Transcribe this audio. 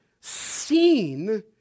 seen